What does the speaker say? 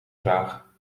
vraag